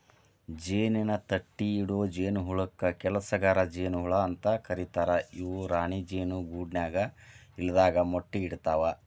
ಜೇನಿನ ತಟ್ಟಿಇಡೊ ಜೇನಹುಳಕ್ಕ ಕೆಲಸಗಾರ ಜೇನ ಹುಳ ಅಂತ ಕರೇತಾರ ಇವು ರಾಣಿ ಜೇನು ಗೂಡಿನ್ಯಾಗ ಇಲ್ಲದಾಗ ಮೊಟ್ಟಿ ಇಡ್ತವಾ